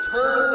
Turn